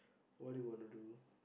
what do you wanna do